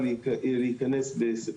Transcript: להיכנס לפעולה בספטמבר,